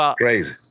crazy